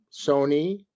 Sony